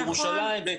בירושלים,